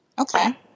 Okay